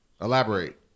Elaborate